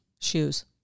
Shoes